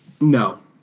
No